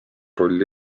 rolli